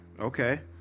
Okay